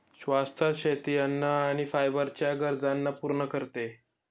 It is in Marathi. शाश्वत शेती अन्न आणि फायबर च्या गरजांना पूर्ण करते